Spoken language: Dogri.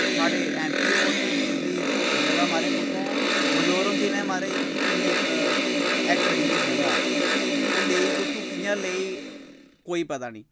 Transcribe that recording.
साढ़े एम पी होर न इं'दी जगह् महाराज कुत्थै मजोरम च इ'नें महाराज इन्ने हैक्टर इं'दी जगह ओह् लेई कु'त्थूं कि'यां लेई कोई पता निं